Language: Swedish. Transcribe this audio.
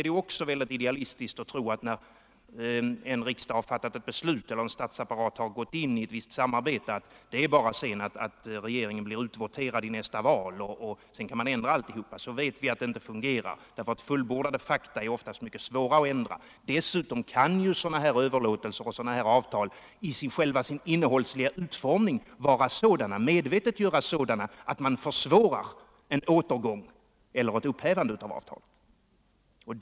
Det är också idealistiskt att tro att regeringen, när det har fattats ett beslut eller när statsapparaten har gått in i ett visst samarbete, bara blir utvoterad i nästa val och man därefter kan riva upp ett fattat beslut. Vi vet att det inte fungerar så. Fullbordade fakta är oftast mycket svåra att ändra. Dessutom kan sådana här överlåtelser och avtal i sin innehållsmässiga utformning medvetet vara sådana att ett upphävande av dem försvåras.